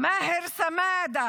מאהר סמאדה